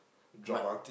might